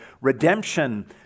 redemption